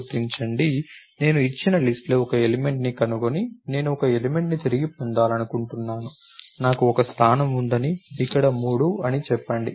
గుర్తించండి నేను ఇచ్చిన లిస్ట్ లో ఒక ఎలిమెంట్ ని కనుగొని నేను ఒక ఎలిమెంట్ ని తిరిగి పొందాలనుకుంటున్నాను నాకు ఒక స్థానం ఉందని ఇక్కడ 3 అని చెప్పండి